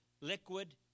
liquid